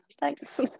thanks